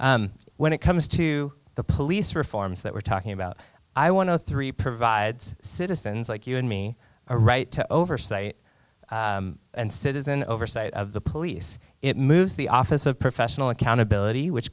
this when it comes to the police reforms that we're talking about i want to three provides citizens like you and me a right to oversight and citizen oversight of the police it moves the office of professional accountability which